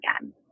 again